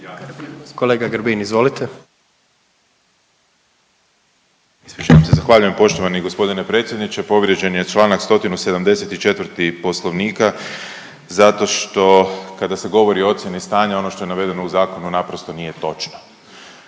Ispričavam se. Zahvaljujem poštovani gospodine predsjedniče povrijeđen je Članak 174. Poslovnika zato što kada se govori o ocijeni stanja ono što je navedeno u zakonu naprosto nije točno.